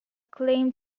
claimed